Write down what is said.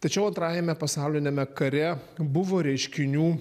tačiau antrajame pasauliniame kare buvo reiškinių